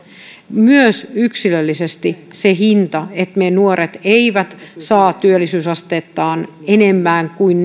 myös yksilöllisesti se hinta että meidän nuoret eivät saa työllisyysastettaan enempään kuin